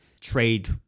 trade